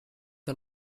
are